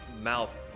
mouth